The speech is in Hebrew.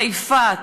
חיפה,